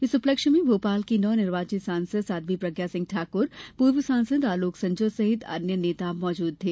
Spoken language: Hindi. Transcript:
इस उपलक्ष्य में भोपाल की नवनिर्वाचित सांसद साध्वी प्रज्ञा सिंह ठाकुर पूर्व सांसद आलोक संजर सहित कई अन्य नेता मौजूद थे